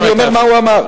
אני אומר מה הוא אמר.